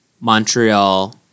Montreal